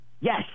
Yes